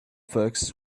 folks